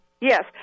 Yes